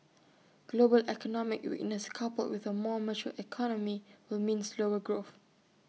global economic weakness coupled with A more mature economy will mean slower growth